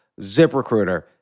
ZipRecruiter